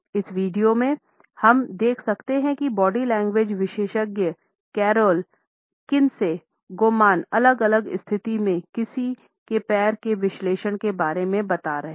इस वीडियो में हम देख सकते हैं कि बॉडी लैंग्वेज विशेषज्ञ कैरोल किनसे गोमन अलग अलग स्थिति में किसी के पैर के विश्लेषण के बारे में बता रहे हैं